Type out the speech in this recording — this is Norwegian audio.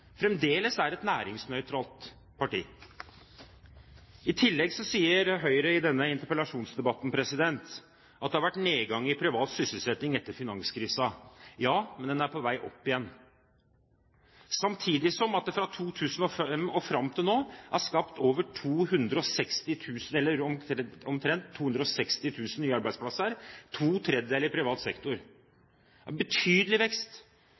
fremdeles er et næringsnøytralt parti. I tillegg sier Høyre i denne interpellasjonsdebatten at det har vært nedgang i privat sysselsetting etter finanskrisen. Ja, men den er på vei opp igjen. Samtidig er det fra 2005 og fram til nå skapt omtrent 260 000 nye arbeidsplasser, to tredjedeler i privat sektor – en betydelig vekst